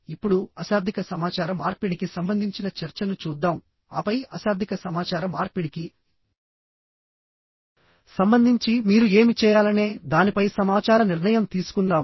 ఇప్పుడు అశాబ్దిక సమాచార మార్పిడికి సంబంధించిన చర్చను చూద్దాం ఆపై అశాబ్దిక సమాచార మార్పిడికి సంబంధించి మీరు ఏమి చేయాలనే దానిపై సమాచార నిర్ణయం తీసుకుందాం